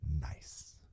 Nice